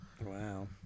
Wow